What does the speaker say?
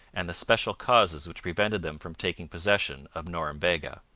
and the special causes which prevented them from taking possession of norumbega.